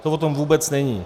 To o tom vůbec není.